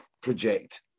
project